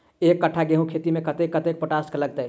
एक कट्ठा गेंहूँ खेती मे कतेक कतेक पोटाश लागतै?